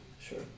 Sure